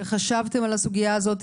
וחשבתם על הסוגיה הזאת,